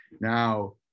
Now